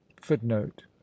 footnote